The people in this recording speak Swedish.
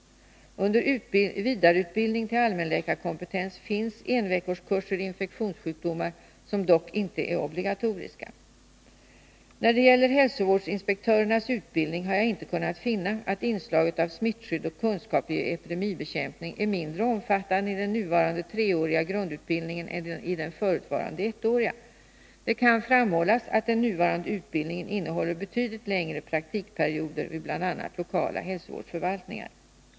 Under vidareutbildningen till allmänläkarkompetens finns enveckorskurser i infektionssjukdomar, som dock inte är obligatoriska. När det gäller hälsovårdsinspektörernas utbildning har jag inte kunnat finna att inslaget av smittskydd och kunskap i epidemibekämpning är mindre omfattande i den nuvarande treåriga grundutbildningen än i den förutvarande ettåriga. Det kan framhållas att den nuvarande utbildningen innehåller betydligt längre praktikperioder vid bl.a. lokala hälsovårdsförvaltningar.